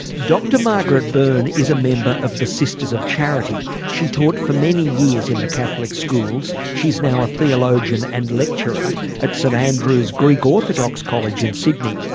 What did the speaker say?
dr margaret beirne is a member of the sisters of charity she taught for many years in the catholic schools, she's now a theologian and lecturer at st andrew's greek orthodox college in sydney.